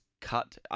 cut